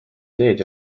ideed